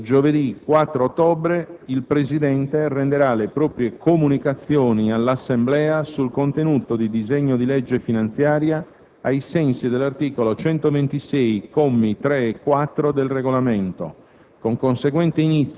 Nel pomeriggio di giovedì 4 ottobre il Presidente renderà le proprie comunicazioni all'Assemblea sul contenuto del disegno di legge finanziaria ai sensi dell'articolo 126, commi 3 e 4, del Regolamento,